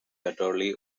utterly